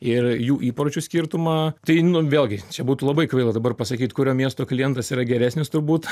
ir jų įpročių skirtumą tai vėlgi čia būtų labai kvaila dabar pasakyt kurio miesto klientas yra geresnis turbūt